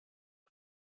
aux